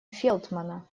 фелтмана